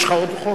תישאר כאן,